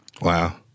Wow